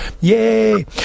Yay